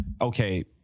okay